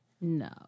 No